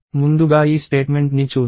ముందుగా ఈ స్టేట్మెంట్ ని చూద్దాం